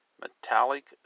metallic